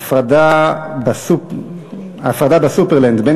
550 ו-551 בנושא: הפרדה ב"סופרלנד" בין